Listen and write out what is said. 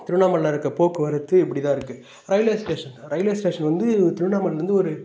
திருவண்ணாமலையில் இருக்க போக்குவரத்து இப்படிதான் இருக்குது ரயில்வே ஸ்டேஷன் ரயில்வே ஸ்டேஷன் வந்து திருவண்ணாமலைலேருந்து ஒரு